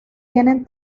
tienen